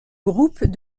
groupe